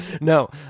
No